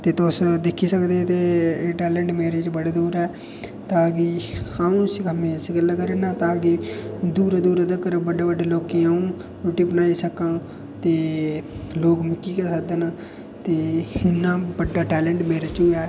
ते तुस दिक्खी सकदे के एह् टेलैंट मेरे च बड़े दूर ऐ तां के अं'ऊ इसी कम्मै ई सबेल्ला करी ना तां के दूरै दूरै तगर बड्डे लोकें गी अं'ऊ रुट्टी बनाई सकां ते लोक मिगी गै सद्दन ते इ'न्ना बड्डा टेलैंट मेरे च ऐ